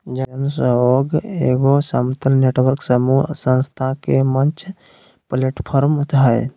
जन सहइोग एगो समतल नेटवर्क समूह संस्था के मंच प्लैटफ़ार्म हइ